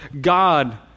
God